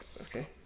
Okay